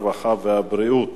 הרווחה והבריאות